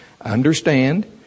Understand